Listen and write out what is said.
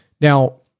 now